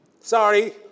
Sorry